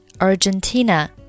Argentina